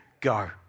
Go